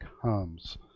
comes